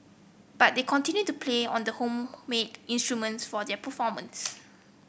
but they continue to play on the homemade instruments for their performance